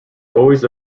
always